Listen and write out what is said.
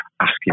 asking